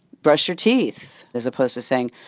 brush your teeth, as opposed to saying,